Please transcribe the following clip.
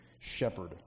shepherd